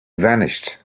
vanished